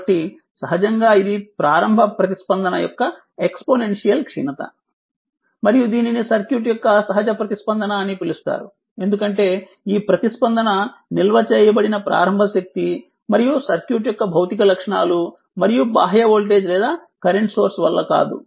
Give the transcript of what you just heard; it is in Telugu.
కాబట్టి సహజంగా ఇది ప్రారంభ ప్రతిస్పందన యొక్క ఎక్స్పోనెన్షియల్ క్షీనత మరియు దీనిని సర్క్యూట్ యొక్క సహజ ప్రతిస్పందన అని పిలుస్తారు ఎందుకంటే ఈ ప్రతిస్పందన నిల్వ చేయబడిన ప్రారంభ శక్తి మరియు సర్క్యూట్ యొక్క భౌతిక లక్షణాలు మరియు బాహ్య వోల్టేజ్ లేదా కరెంట్ సోర్స్ వల్ల కాదు